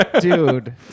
Dude